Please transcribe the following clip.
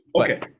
Okay